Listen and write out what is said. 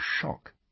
shock